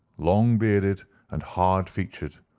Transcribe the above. long-bearded and hard-featured,